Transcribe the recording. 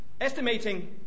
estimating